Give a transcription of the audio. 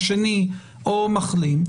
השני או מחלים,